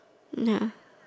ya